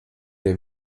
der